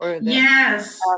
Yes